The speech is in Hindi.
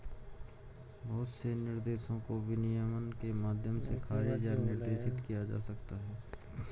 बहुत से निर्देशों को विनियमन के माध्यम से खारिज या निर्देशित किया जा सकता है